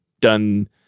done